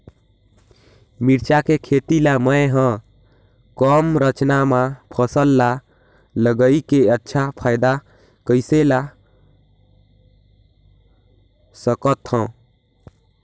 मिरचा के खेती ला मै ह कम खरचा मा फसल ला लगई के अच्छा फायदा कइसे ला सकथव?